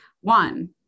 One